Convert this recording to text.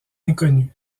inconnue